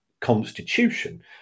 constitution –